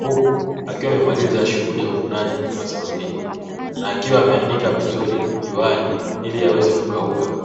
huku akiwa amemaliza shughuli ya uvunaji wa zao hili na akiwa ameanika vizuri juani ili yaweze kukauka.